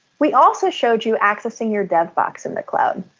we also showed you accessing your devbox in the cloud.